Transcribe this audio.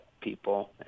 people